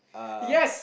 uh